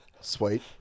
Sweet